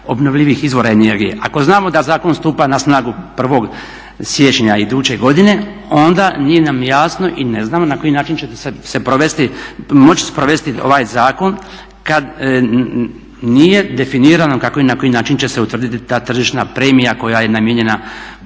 obnovljivih izvora energije. Ako znamo da zakon stupa na snagu 1.siječnja iduće godine onda nije nam jasno i ne znamo na koji način će se moći sprovesti ovaj zakon kada nije definirano kako i na koji način će se utvrditi ta tržišna premija koja je namijenjena